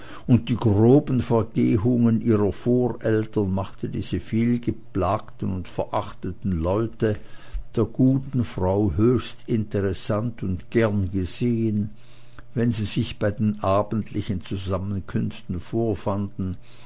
und die groben vergehungen ihrer voreltern machten diese vielgeplagten und verachteten leute der guten frau höchst interessant und gern gesehen wenn sie sich bei den abendlichen zusammenkünften vorfanden